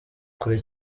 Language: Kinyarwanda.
kure